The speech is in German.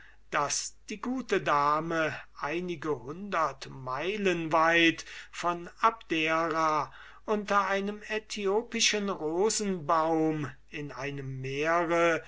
daß die gute dame einige hundert meilen weit von abdera unter einem äthiopischen rosenbaum in einem meer